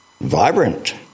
vibrant